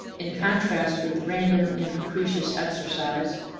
in contrast with random and capricious exercise,